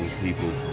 people's